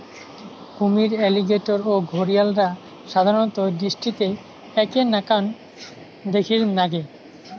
কুমীর, অ্যালিগেটর ও ঘরিয়ালরা সাধারণত দৃষ্টিতে এ্যাকে নাকান দ্যাখির নাগে